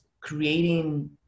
creating